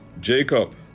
Jacob